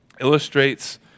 illustrates